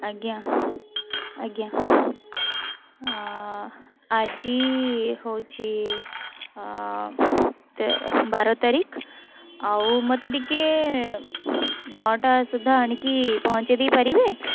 ଆଜ୍ଞା ଆଜ୍ଞା ଆଜି ହେଉଛି ବାର ତାରିଖ ଆଉ ମୋତେ ଟିକିଏ ନଅଟା ସୁଦ୍ଧା ଆଣିକି ପହଞ୍ଚେଇ ଦେଇ ପାରିବେ